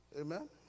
Amen